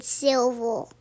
silver